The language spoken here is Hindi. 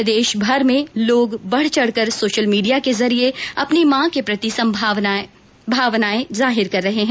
प्रदेशभर में भी लोग बढ चढकर सोशल मीडिया के जरिए अपनी माँ के प्रति भावनाए जाहिर कर रहे है